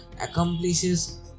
accomplishes